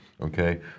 Okay